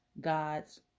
God's